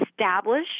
establish